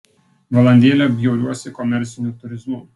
valandėlę bjauriuosi komerciniu turizmu